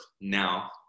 now